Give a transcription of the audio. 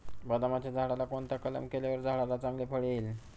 बदामाच्या झाडाला कोणता कलम केल्यावर झाडाला चांगले फळ येईल?